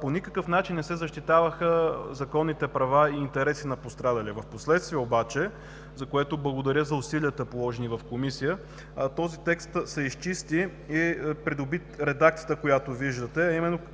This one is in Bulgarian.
по никакъв начин не се защитаваха законните права и интереси на пострадалия. Впоследствие обаче, за което благодаря за усилията, положени в Комисията, този текст се изчисти и придоби редакцията, която виждате,